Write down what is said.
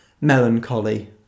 melancholy